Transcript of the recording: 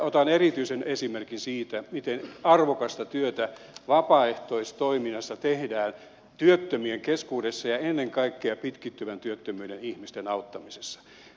otan erityisen esimerkin siitä miten arvokasta työtä vapaaehtoistoiminnassa tehdään työttömien keskuudessa ja ennen kaikkea pitkittyvän työttömyyden ihmisten auttamisessa